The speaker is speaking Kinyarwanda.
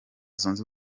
zunze